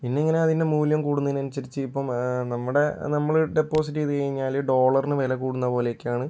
പിന്നെങ്ങനെ അതിൻ്റെ മൂല്യം കൂടുന്നതിനനുസരിച്ച് ഇപ്പം നമ്മുടെ നമ്മൾ ഡെപ്പോസിറ്റ് ചെയ്തു കഴിഞ്ഞാല് ഡോളറിന് വില കൂടുന്നതുപോലെയൊക്കെയാണ്